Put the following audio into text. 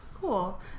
Cool